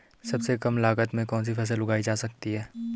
सबसे कम लागत में कौन सी फसल उगाई जा सकती है